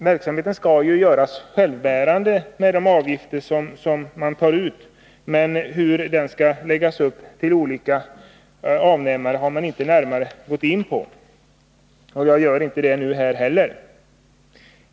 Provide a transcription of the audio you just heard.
Verksamheten skall ju göras självbärande med hjälp av de avgifter som tas ut, men hur verksamheten skall läggas upp med tanke på olika avnämare har man inte närmare gått in på. Jag tänker inte heller göra det.